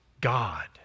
God